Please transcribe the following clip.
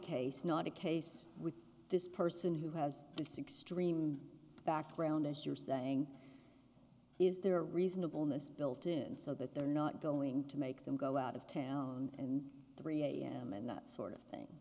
case not the case with this person who has the six dream background as you're saying is there are reasonable miss built in so that they're not going to make them go out of town and three am and that sort of thing